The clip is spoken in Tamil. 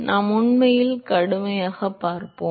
நாம் உண்மையில் கடுமையாகப் பார்ப்போம்